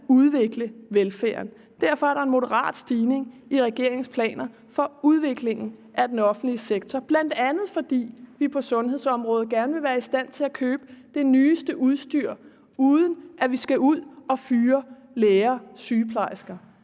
udvikle velfærden. Derfor er der en moderat stigning i regeringens planer for udviklingen af den offentlige sektor. Det er der bl.a., fordi vi på sundhedsområdet gerne vil være i stand til at købe det nyeste udstyr, uden at vi skal ud at fyre læger og sygeplejersker,